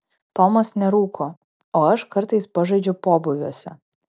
tomas nerūko o aš kartais pažaidžiu pobūviuose